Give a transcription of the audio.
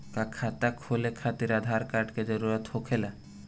का खाता खोले खातिर आधार कार्ड के भी जरूरत होखेला?